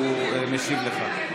הוא משיב לך.